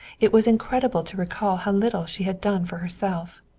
it was incredible to recall how little she had done for herself.